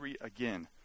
again